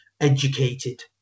educated